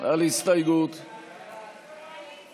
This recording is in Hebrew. בעד 28,